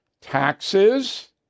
taxes